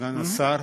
סגן השר,